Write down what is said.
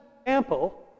example